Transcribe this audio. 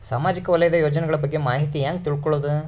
ಸಾಮಾಜಿಕ ವಲಯದ ಯೋಜನೆಗಳ ಬಗ್ಗೆ ಮಾಹಿತಿ ಹ್ಯಾಂಗ ತಿಳ್ಕೊಳ್ಳುದು?